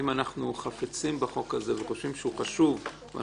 אם אנחנו חפצים בחוק הזה וחושבים שהוא חשוב אז